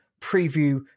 preview